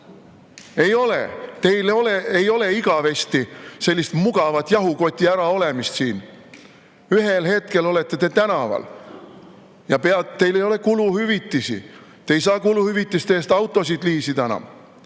Ei ole! Teil ei ole igavesti sellist mugavat jahukoti äraolemist siin. Ühel hetkel olete te tänaval ja teil ei ole kuluhüvitisi, te ei saa kuluhüvitiste eest autosid liisida enam.